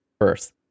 first